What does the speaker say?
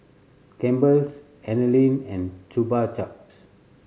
Campbell's Anlene and Chupa Chups